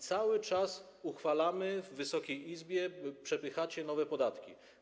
Cały czas uchwalamy w Wysokiej Izbie, przepychacie nowe podatki.